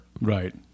Right